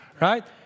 right